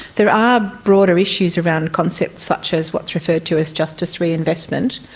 there are broader issues around concepts such as what's referred to as justice reinvestment,